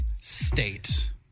state